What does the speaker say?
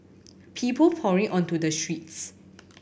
people pouring onto the streets